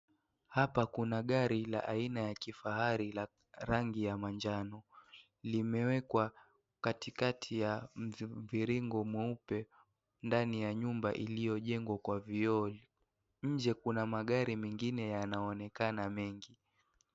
Hapa kuna gari la aina ya kifahari la rangi ya manjano limewekwa katikati ya mviringo mweupe ndani ya nyumba iliyojengwa kwa vioo, nje kuna magari mengine yanaonekana mengi.